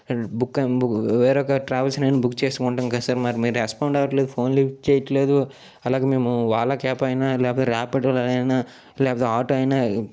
book వేరొక ట్రావెల్స్నైనా book చేసుకుంటాం కదా సార్ మరి మీరు రెస్పాండ్ అవ్వట్లేదు ఫోను లిఫ్టు చేయట్లేదు అలాగే మేము ఓలా క్యాబైనా లేకపోతే ర్యాపిడోలో అయినా లేకపోతే అటో అయినా